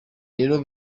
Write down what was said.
rero